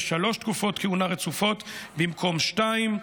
שלוש תקופות כהונה רצופות במקום שתיים.